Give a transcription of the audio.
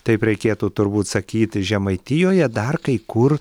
taip reikėtų turbūt sakyti žemaitijoje dar kai kur